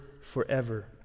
forever